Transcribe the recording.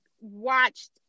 watched